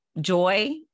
joy